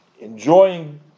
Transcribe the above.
Enjoying